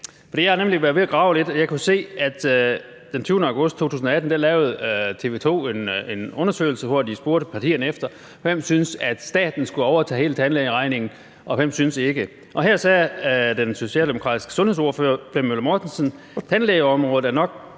jeg har nemlig været ved at grave lidt, og jeg kunne se, at TV 2 den 20. august 2018 lavede en undersøgelse, hvor de spurgte partierne efter, hvem der syntes, at staten skulle overtage hele tandlægeregningen, og hvem der ikke syntes det, og her sagde den socialdemokratiske sundhedsordfører, Flemming Møller Mortensen: »Tandlægeområdet er nok